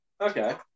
Okay